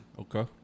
Okay